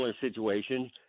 situation